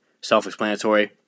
self-explanatory